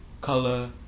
color